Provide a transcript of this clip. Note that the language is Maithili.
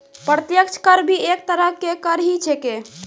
प्रत्यक्ष कर भी एक तरह के कर ही छेकै